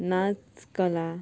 नाच कला